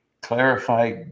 clarify